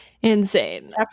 Insane